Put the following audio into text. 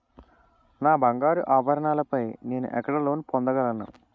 నా బంగారు ఆభరణాలపై నేను ఎక్కడ లోన్ పొందగలను?